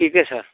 ठीक है सर